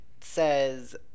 says